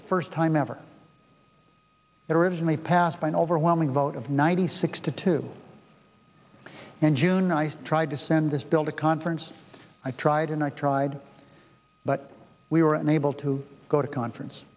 the first time ever that originally passed by an overwhelming vote of ninety six to two and june i tried to send this bill to conference i tried and i tried but we were unable to go to conference